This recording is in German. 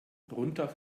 runter